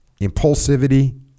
impulsivity